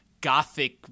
Gothic